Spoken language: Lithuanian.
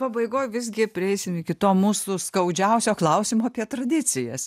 pabaigoj visgi prieisim iki to mūsų skaudžiausio klausimo apie tradicijas